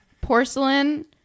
porcelain